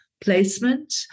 placement